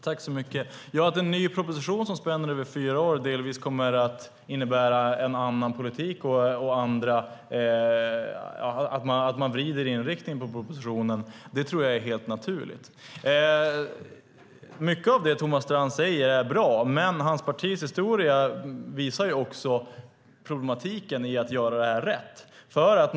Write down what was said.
Fru talman! Att en ny proposition spänner över fyra år och kommer att innebära delvis en annan politik, att man vrider inriktningen på propositionen, är helt naturligt. Mycket av det Thomas Strand säger är bra, men hans partis historia visar också problemet i att göra rätt.